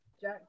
Jack